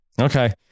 Okay